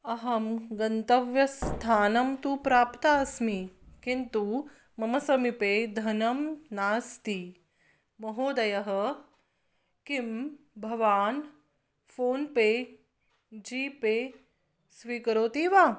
अहं गन्तव्यस्थानं तु प्राप्ता अस्मि किन्तु मम समीपे धनं नास्ति महोदयः किं भवान् फ़ोन्पे जी पे स्वीकरोति वा